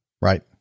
right